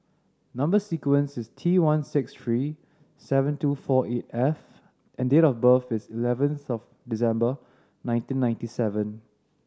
number sequence is T one six three seven two four eight F and date of birth is eleventh of December nineteen ninety seven